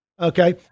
Okay